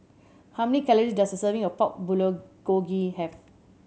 how many calories does a serving of Pork Bulgogi have